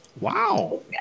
wow